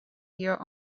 your